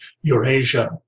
Eurasia